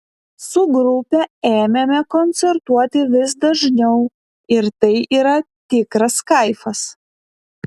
su grupe ėmėme koncertuoti vis dažniau ir tai yra tikras kaifas